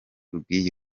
rw’iyi